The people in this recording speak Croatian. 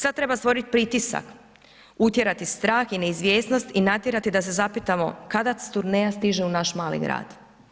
Sad treba stvoriti pritisak, utjerati strah i neizvjesnost i natjerati da se zapitamo kada turneja stiže u naš mali grad.